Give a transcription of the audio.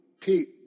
Pete